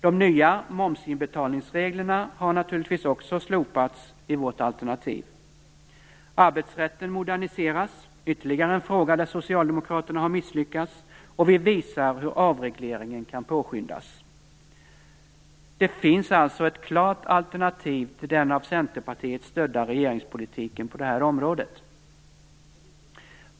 De nya momsinbetalningsreglerna har naturligtvis också slopats i vårt alternativ. Arbetsrätten moderniseras. Det är ytterligare en fråga där socialdemokraterna har misslyckats. Vi visar hur avregleringen kan påskyndas. Det finns alltså ett klart alternativ till den av Centerpartiet stödda regeringspolitiken på det här området.